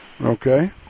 Okay